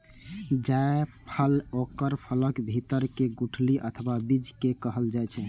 जायफल ओकर फलक भीतर के गुठली अथवा बीज कें कहल जाइ छै